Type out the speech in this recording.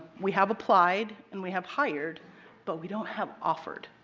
we have applied and we have hired but we don't have offered.